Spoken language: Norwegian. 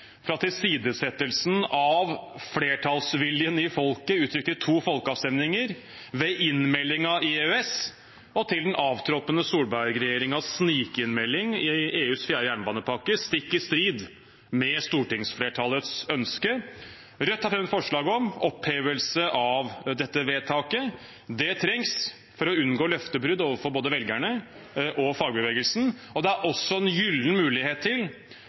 fra tilsidesettelsen av flertallsviljen i folket uttrykt i to folkeavstemninger, ved innmeldingen i EØS, og til den avtroppende Solberg-regjeringens snikinnmelding i EUs fjerde jernbanepakke stikk i strid med stortingsflertallets ønske. Rødt har fremmet forslag om opphevelse av dette vedtaket. Det trengs for å unngå løftebrudd overfor både velgerne og fagbevegelsen. Det er også en gyllen mulighet til